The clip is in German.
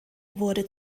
wurde